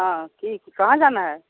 हँ कि कहाँ जाना है